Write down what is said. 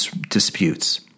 disputes